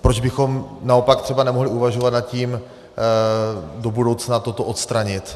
Proč bychom naopak třeba nemohli uvažovat nad tím do budoucna toto odstranit?